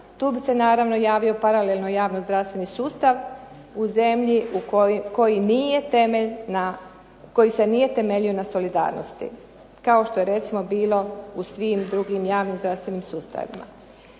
Tu bi se naravno javio paralelno javno-zdravstveni sustav u zemlji koji se nije temeljio na solidarnosti kao što je recimo bilo u svim drugim javnim zdravstvenim sustavima.